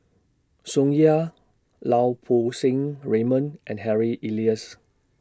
Tsung Yeh Lau Poo Seng Raymond and Harry Elias